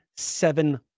seven